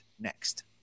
next